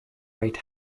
right